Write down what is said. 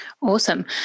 Awesome